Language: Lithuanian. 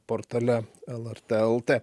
portale lrt lt